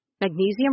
Magnesium